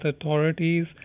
authorities